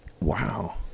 Wow